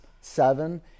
seven